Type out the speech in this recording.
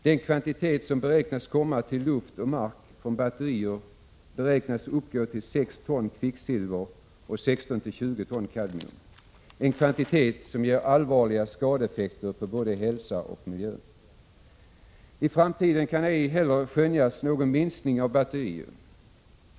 Den kvantitet som beräknas komma till luft och mark från batterier beräknas uppgå till 6 ton kvicksilver och 16-20 ton kadmium — en kvantitet som ger allvarliga skadeeffekter på både hälsa och miljö. I framtiden kan ej heller skönjas någon minskning av batterier.